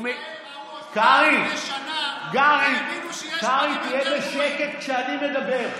קרעי, תהיה בשקט כשאני מדבר.